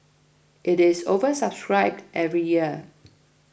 it is oversubscribed every year